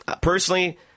personally